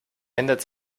ändert